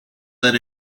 that